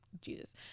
jesus